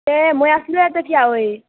তে মই আছিলোঁ এতে থিয়া হৈ